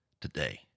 today